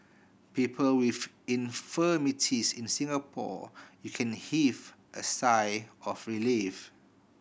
people with infirmities in Singapore you can heave a sigh of relief